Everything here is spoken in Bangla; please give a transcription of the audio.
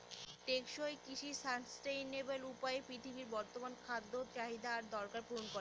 টেকসই কৃষি সাস্টেইনাবল উপায়ে পৃথিবীর বর্তমান খাদ্য চাহিদা আর দরকার পূরণ করে